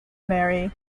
marry